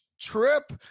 trip